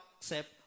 accept